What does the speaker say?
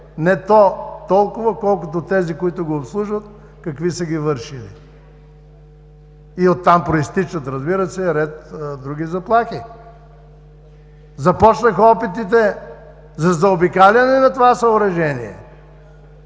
не то толкова, колкото тези, които го обслужват, какви са ги вършили. От там, разбира се, произтичат ред други заплахи. Започнаха опитите за заобикаляне на това съоръжение